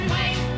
Wait